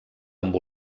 amb